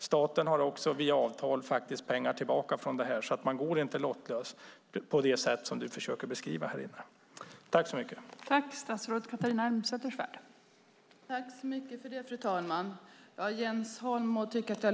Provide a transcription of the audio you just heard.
Staten får också via avtal pengar tillbaka från det här, så det handlar inte om att gå lottlös på det sätt som du, Jens Holm, här i kammaren försöker beskriva.